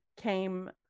came